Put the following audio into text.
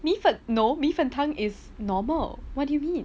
米粉 no 米粉汤 is normal what do you mean